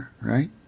right